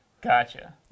gotcha